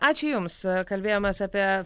ačiū jums kalbėjomės apie